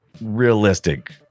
realistic